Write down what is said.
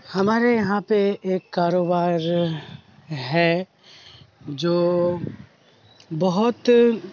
ہمارے یہاں پہ ایک کاروبار ہے جو بہت